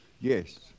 yes